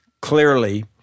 Clearly